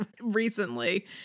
recently